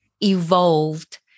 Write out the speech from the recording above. evolved